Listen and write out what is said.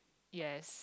yes